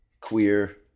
queer